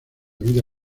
vida